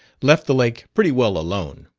left the lake pretty well alone.